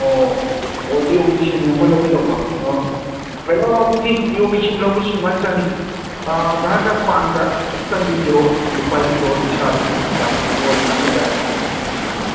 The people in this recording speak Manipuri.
ꯑꯣ ꯑꯣ ꯖꯤꯑꯣꯒꯤ ꯁꯤꯝ ꯑꯃ ꯂꯧꯒꯦ ꯇꯧꯕ ꯑꯥ ꯀꯩꯅꯣ ꯑꯗꯨꯗꯤ ꯖꯤꯑꯣꯒꯤ ꯁꯤꯝ ꯂꯧꯕꯁꯤ ꯁꯨꯃꯥꯏꯅ ꯆꯪꯏ ꯑꯥ ꯑꯗꯥꯔ ꯀꯥꯔꯗ ꯄꯥꯟ ꯀꯥꯔꯗ ꯑꯃꯇꯪꯗꯤ ꯖꯦꯔꯣꯛꯁ ꯑꯃꯃꯝ ꯄꯥꯏꯕꯤꯔꯣ ꯑꯗꯨ ꯏꯁꯥ ꯑꯗꯨꯝ ꯂꯥꯛꯄꯤꯔꯣ ꯑꯗꯨꯝ ꯑꯦꯅꯤ ꯇꯥꯏꯝ ꯎꯝ